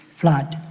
flood,